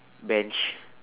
bench